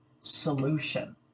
solution